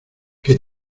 que